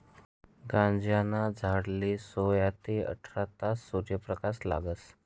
गांजाना झाडले सोया ते आठरा तास सूर्यप्रकाश लागस